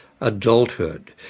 adulthood